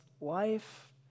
life